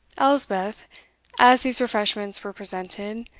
elspeth, as these refreshments were presented,